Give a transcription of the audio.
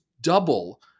double